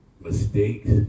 mistakes